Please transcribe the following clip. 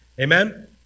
Amen